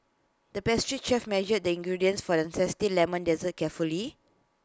the pastry chef measured the ingredients for A Zesty Lemon Dessert carefully